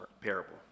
parable